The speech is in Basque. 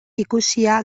ikusia